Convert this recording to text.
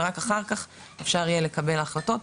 ורק אחר כך אפשר יהיה לקבל החלטות.